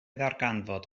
ddarganfod